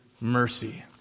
mercy